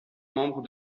membre